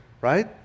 right